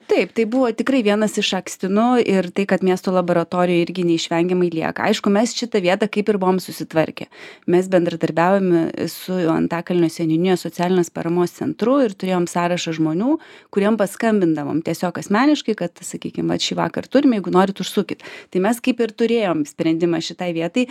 taip tai buvo tikrai vienas iš akstinų ir tai kad miesto laboratorijoj irgi neišvengiamai lieka aišku mes šitą vietą kaip ir buvom susitvarkę mes bendradarbiavome su antakalnio seniūnijos socialinės paramos centru ir turėjom sąrašą žmonių kuriem paskambindavom tiesiog asmeniškai kad sakykim vat šįvakar turim jeigu norit užsukit tai mes kaip ir turėjom sprendimą šitai vietai